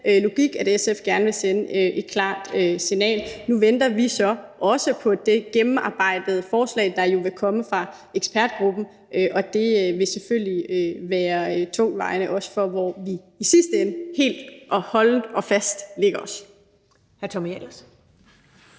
logik, at SF gerne vil sende et klart signal. Nu venter vi så også på det gennemarbejdede forslag, der jo vil komme fra ekspertgruppen, og det vil selvfølgelig være tungtvejende, også i forhold til hvor vi i sidste ende helt og holdent lægger os